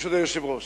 ברשות היושב-ראש.